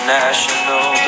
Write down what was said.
national